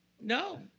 No